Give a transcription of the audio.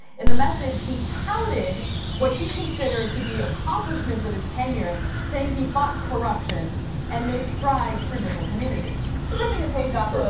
in the message, he touted what he considered to be accomplishments of his tenure, saying he fought corruption and made strides for different communities. just ripping a page off of of